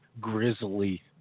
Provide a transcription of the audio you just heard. grisly